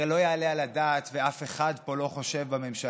הרי לא יעלה על הדעת, ואף אחד פה לא חושב בממשלה,